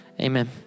Amen